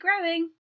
growing